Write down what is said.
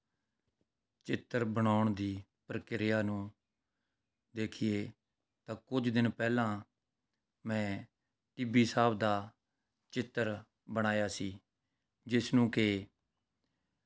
ਚਿੱਤਰ ਬਣਾਉਣ ਦੀ ਪ੍ਰਕਿਰਿਆ ਨੂੰ ਦੇਖੀਏ ਤਾਂ ਕੁਝ ਦਿਨ ਪਹਿਲਾਂ ਮੈਂ ਟਿੱਬੀ ਸਾਹਿਬ ਦਾ ਚਿੱਤਰ ਬਣਾਇਆ ਸੀ ਜਿਸ ਨੂੰ ਕਿ